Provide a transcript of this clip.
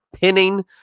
pinning